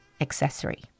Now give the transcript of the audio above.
accessory